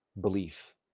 Belief